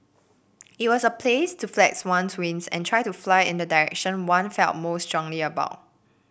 it was a place to flex one's wings and try to fly in the direction one felt most strongly about